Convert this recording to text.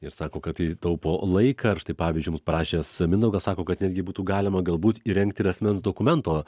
ir sako kad tai taupo laiką ir štai pavyzdžiui mums parašęs mindaugas sako kad netgi būtų galima galbūt įrengti ir asmens dokumento